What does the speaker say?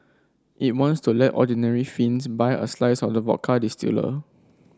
it wants to let ordinary Finns buy a slice of the vodka distiller